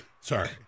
Sorry